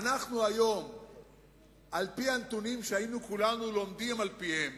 ואנו היום על-פי הנתונים שהיינו כולנו לומדים על-פיהם